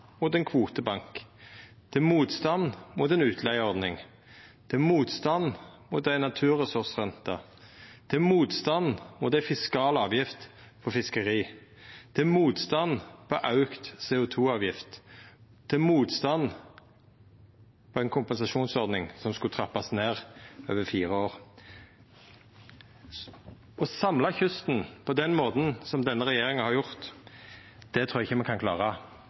mot ein kvotebank, til motstand mot ei utleigeordning, til motstand mot ei naturressursrente, til motstand mot ei fiskal avgift på fiskeri, til motstand mot auka CO 2 -avgift og til motstand mot ei kompensasjonsordning som skulle trappast ned over fire år. Å samla kysten på den måten som denne regjeringa har gjort, trur eg ikkje me kan klara,